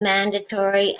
mandatory